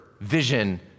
vision